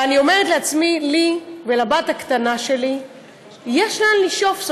ואני אומרת לעצמי: לי ולבת הקטנה שלי יש לאן לשאוף,